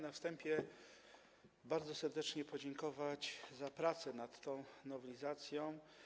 Na wstępie chciałbym bardzo serdecznie podziękować za pracę nad tą nowelizacją.